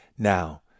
Now